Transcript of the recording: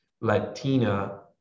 Latina